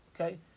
Okay